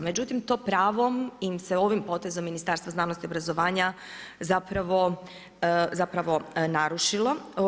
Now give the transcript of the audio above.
Međutim to pravo im se ovim potezom Ministarstva znanosti, obrazovanja zapravo narušilo.